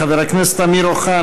חבר הכנסת אמיר אוחנה,